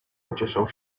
pocieszał